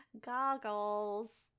goggles